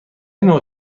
نوع